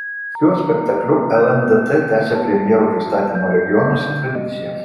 šiuo spektakliu lndt tęsia premjerų pristatymo regionuose tradiciją